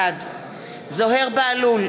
בעד זוהיר בהלול,